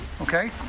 okay